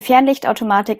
fernlichtautomatik